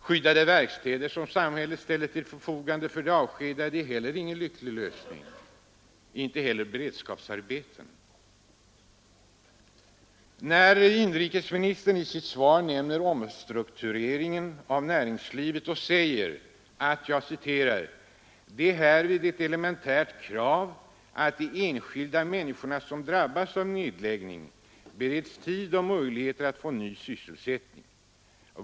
Skyddade verkstäder som samhället ställer till förfogande för de avskedade är heller ingen lycklig lösning, inte heller beredskapsarbeten. Inrikesministern nämner i sitt svar omstruktureringen av näringslivet och säger: ”Det är härvid ett elementärt krav att de enskilda människor som drabbas vid en nedläggning bereds tid och möjligheter att få ny anställning.